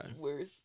worth